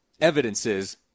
evidences